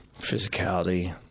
Physicality